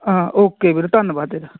ਹਾਂ ਓਕੇ ਵੀਰ ਧੰਨਵਾਦ ਤੇਰਾ